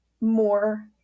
more